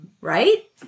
Right